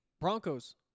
Broncos